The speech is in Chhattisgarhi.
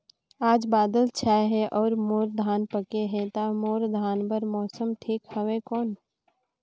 आज बादल छाय हे अउर मोर धान पके हे ता मोर धान बार मौसम ठीक हवय कौन?